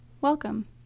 Welcome